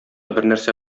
бернәрсә